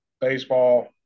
baseball